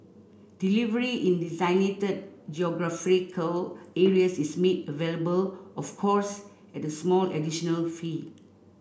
delivery in designated geographical areas is made available of course at small additional fee